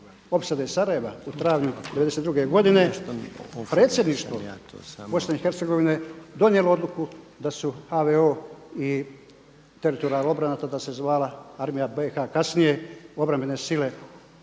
opsade Sarajeva u travnju '92. godine Predsjedništvo Bosne i Hercegovine donijelo odluku da su HVO i teritorijalna obrana tada se zvala, Armija BiH kasnije obrambene sile